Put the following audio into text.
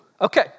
Okay